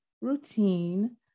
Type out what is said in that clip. routine